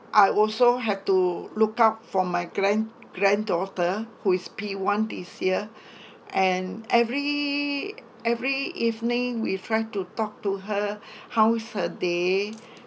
I also had to look out for my grand~ granddaughter who is P one this year and every every evening we try to talk to her how is her day